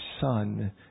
son